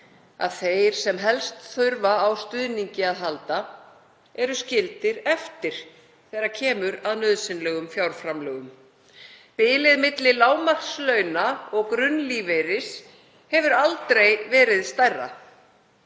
að þeir sem helst þurfa á stuðningi að halda séu skildir eftir þegar kemur að nauðsynlegum fjárframlögum. Bilið milli lágmarkslauna og grunnlífeyris hefur aldrei verið lengra.